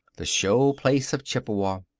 the show place of chippewa.